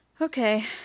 okay